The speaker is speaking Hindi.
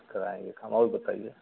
कल आएँगे काम और बताइए